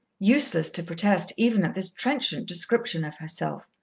useless to protest even at this trenchant description of herself.